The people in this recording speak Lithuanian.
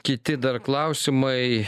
kiti dar klausimai